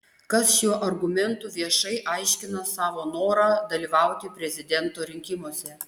kas šiuo argumentu viešai aiškina savo norą dalyvauti prezidento rinkimuose